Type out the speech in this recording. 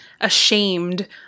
ashamed